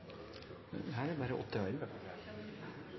men her er det